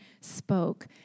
spoke